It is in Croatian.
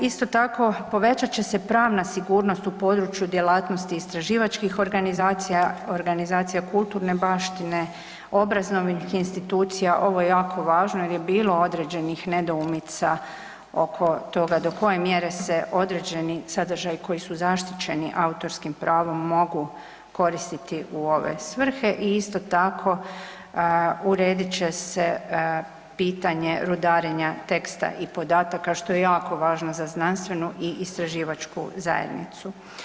Isto tako, povećat će se pravna sigurnost u području djelatnosti istraživačkih organizacija, organizacija kulturne baštine, obrazovnih institucija, ovo je jako važno jer je bilo određenih nedoumica oko toga do koje mjere se određeni sadržaji koji su zaštićeni autorskim pravom mogu koristiti u ove svrhe i isto tako uredit će se pitanje rudarenje teksta i podataka što je jako važno za znanstvenu i istraživačku zajednicu.